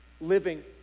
living